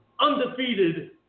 undefeated